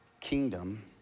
kingdom